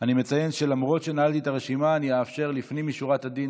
אני מציין שלמרות שנעלתי את הרשימה אני אאפשר לפנים משורת הדין